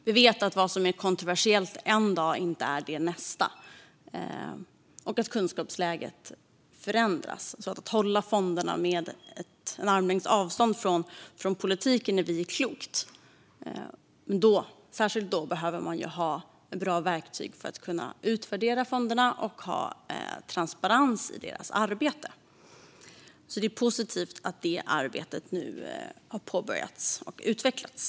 Vi vet att vad som är kontroversiellt en dag inte är det nästa och att kunskapsläget förändras. Att hålla fonderna på armlängds avstånd från politiken är alltså klokt. Men då - särskilt då - behöver man ha bra verktyg för att kunna utvärdera fonderna och ha transparens i deras arbete. Det är positivt att det arbetet nu har påbörjats och utvecklats.